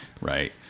Right